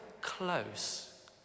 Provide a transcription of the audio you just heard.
close